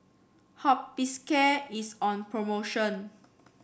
Hospicare is on promotion